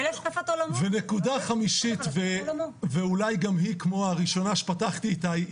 ונקודה חמישית ואולי גם היא כמו הראשונה שפתחתי איתה היא